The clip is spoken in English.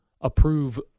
approve